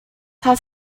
have